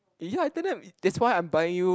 ya after that that's why I'm buying you